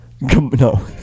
No